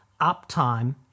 uptime